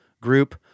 group